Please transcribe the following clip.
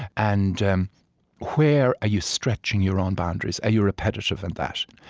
and um where are you stretching your own boundaries? are you repetitive in that?